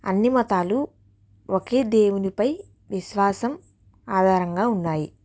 అన్ని మతాలు ఒకే దేవునిపై విశ్వాసం ఆధారంగా ఉన్నాయి